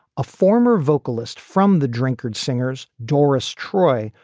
a former vocalist from the drinker's singers doris troy,